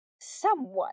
Someone